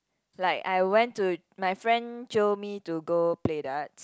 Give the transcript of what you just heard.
like I went to my friend jio me to go play dart